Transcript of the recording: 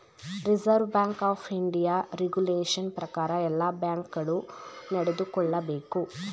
reserve bank of India regulation ಪ್ರಕಾರ ಎಲ್ಲ bank ಗಳು ನಡೆದುಕೊಳ್ಳಬೇಕು